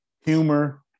Humor